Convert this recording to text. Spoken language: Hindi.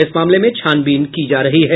इस मामले में छानबीन की जा रही है